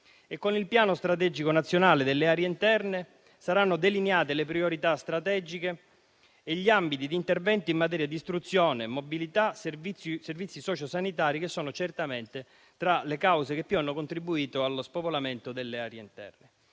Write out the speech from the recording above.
Con il piano strategico nazionale delle aree interne saranno delineate le priorità strategiche e gli ambiti di intervento in materia di istruzione, mobilità e servizi sociosanitari che sono certamente tra le cause che più hanno contribuito allo spopolamento delle aree interne.